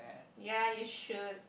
ya you should